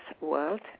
world